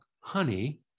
honey